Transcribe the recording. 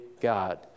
God